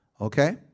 okay